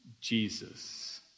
Jesus